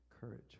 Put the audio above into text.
courage